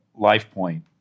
LifePoint